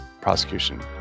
prosecution